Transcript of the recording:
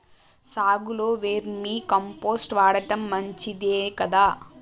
సాగులో vermicompost వాడటం మంచిదే కదా?